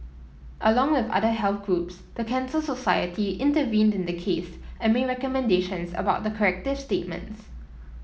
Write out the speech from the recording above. along with other health groups the Cancer Society intervened in the case and made recommendations about the corrective statements